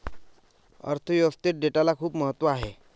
अर्थ व्यवस्थेत डेटाला खूप महत्त्व आहे